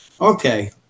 Okay